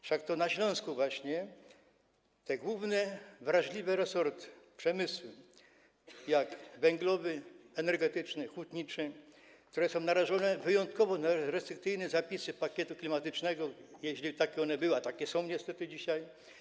Wszak to na Śląsku właśnie występują te główne wrażliwe przemysły - węglowy, energetyczny, hutniczy - które są narażone wyjątkowo na restrykcyjne zapisy pakietu klimatycznego, jeśli takie one byłyby, a takie są niestety dzisiaj.